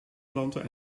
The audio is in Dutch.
planten